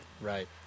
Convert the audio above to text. Right